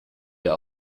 der